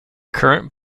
current